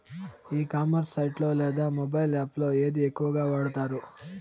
ఈ commerce site లో లేదా మొబైల్ యాప్ లో ఏది ఎక్కువగా వాడుతారు?